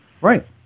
Right